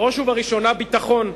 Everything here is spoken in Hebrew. בראש ובראשונה: ביטחון.